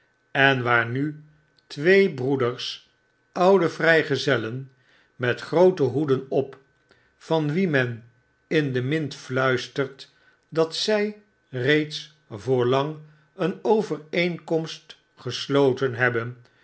en waar nu twee broeders oude vrygezellen met groote hoeden op van wie men in de mint fluistert dat zij reeds voorlang een overeenkomst gesloten hebben